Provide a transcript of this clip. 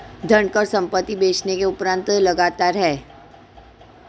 धनकर संपत्ति बेचने के उपरांत लगता है